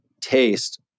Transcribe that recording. taste